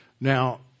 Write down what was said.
Now